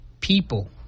people